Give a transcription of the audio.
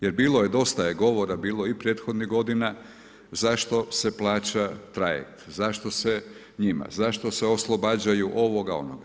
Jer bilo je dosta je govora bilo i prethodnih godina zašto se plaća trajekt, zašto se njima, zašto se oslobađaju ovoga, onoga.